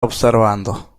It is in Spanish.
observando